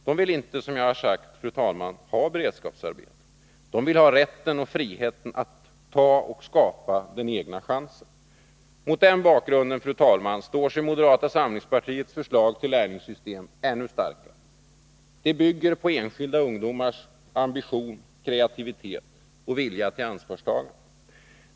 De vill inte ha beredskapsarbeten. Det vill ha rätt och frihet att ta och skapa egna chanser. Mot den bakgrunden, fru talman, står sig moderata samlingspartiets förslag till lärlingssystem ännu starkare. Det bygger på enskilda ungdomars ambition, kreativitet och vilja till ansvarstagande.